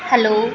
hello